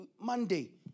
Monday